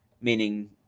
meaning